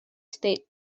state